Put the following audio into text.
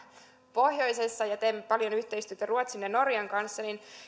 pohjoisessa ja teemme paljon yhteistyötä ruotsin ja norjan kanssa niin